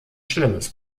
schlimmes